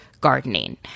gardening